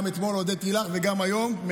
גם אתמול הודיתי לך וגם היום.